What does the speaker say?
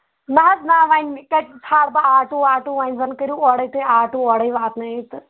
نہ حظ نہ وۅنۍ کَتہِ تھاو بہٕ آٹو واٹوٗ وۅنۍ زَن کٔرِو اورے تہۍ آٹوٗ واتناوِو تُہۍ